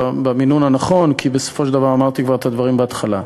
במינון הנכון כי בסופו של דבר אמרתי כבר את הדברים בהתחלה.